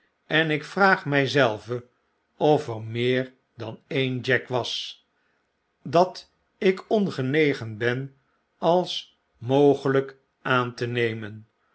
en ikvraag my zelven of er meer dan een jack was dat ik ongenegen ben als mogelp aan te nemen